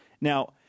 Now